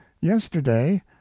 yesterday